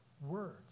words